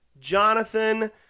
Jonathan